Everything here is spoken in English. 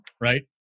right